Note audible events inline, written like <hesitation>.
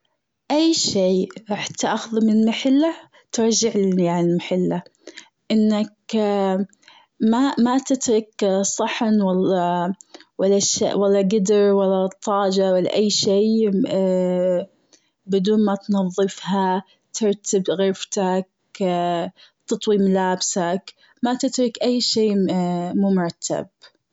أي شيء رح تأخذه من محله ترجعني إياه على محله إنك <hesitation> ما-ما تترك صحن ولا <hesitation> ولا شيء ولا قدر ولا طاجة ولا أي شيء <hesitation> بدون ما تنظفها، ترتب غرفتك <hesitation> تطوي ملابسك ما تترك أي شيء <hesitation> مو مرتب.